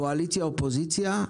קואליציה ואופוזיציה,